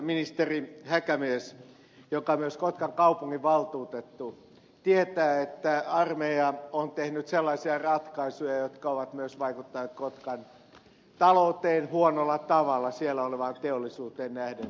ministeri häkämies joka on myös kotkan kaupunginvaltuutettu tietää että armeija on tehnyt sellaisia ratkaisuja jotka ovat myös vaikuttaneet kotkan talouteen huonolla tavalla siellä olevaan teollisuuteen nähden